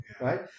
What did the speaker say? right